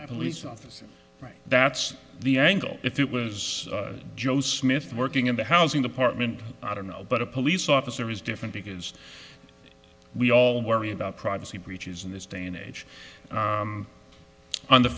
the police officer that's the angle if it was joe smith working in the housing department i don't know but a police officer is different because we all worry about privacy breaches in this day and age